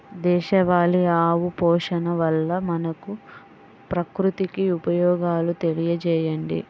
దేశవాళీ ఆవు పోషణ వల్ల మనకు, ప్రకృతికి ఉపయోగాలు తెలియచేయండి?